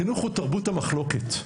חינוך הוא תרבות המחלוקת,